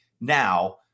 Now